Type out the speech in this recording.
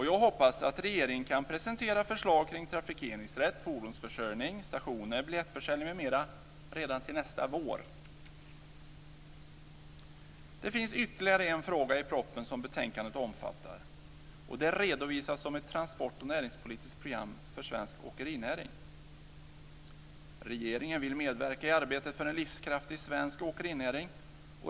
Jag hoppas att regeringen kan presentera förslag kring trafikeringsrätt, fordonsförsörjning, stationer, biljettförsäljning m.m. redan till nästa vår. Det finns ytterligare en fråga i den proposition som betänkandet omfattar. Den redovisas som ett transport och näringspolitiskt program för svensk åkerinäring. Regeringen vill medverka i arbetet för en livskraftig svensk åkerinäring.